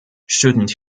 shouldn’t